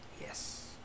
yes